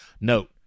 Note